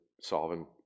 solving